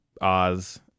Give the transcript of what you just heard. Oz